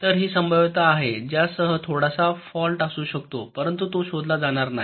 तर ही संभाव्यता आहे ज्यासह थोडासा फॉल्ट असू शकतो परंतु तो शोधला जाणार नाही